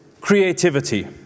Creativity